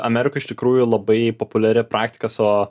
amerikoj iš tikrųjų labai populiari praktika su